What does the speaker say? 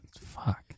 Fuck